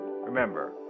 Remember